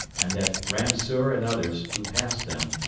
and that ramseur and others who passed them,